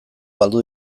galdu